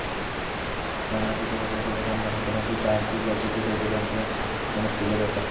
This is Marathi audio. फायनान्स उद्योगातल्या थोड्या कामगारांका बँकेच्या आर्थिक वर्षाच्या शेवटी बँकर्स बोनस दिलो जाता